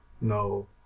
No